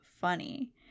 funny